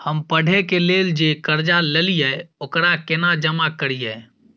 हम पढ़े के लेल जे कर्जा ललिये ओकरा केना जमा करिए?